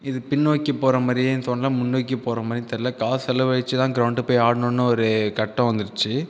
இது பின்னோக்கி போகற மாதிரியும் தோணல முன்னோக்கி போகற மாதிரியும் தெரியல காசு செலவழிச்சு தா கிரவுண்ட் போய் ஆடணும் ஒரு கட்டம் வந்துருச்சு